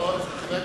חבר הכנסת,